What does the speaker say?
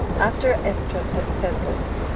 after esdras had said this,